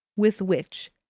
with which,